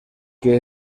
que